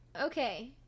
okay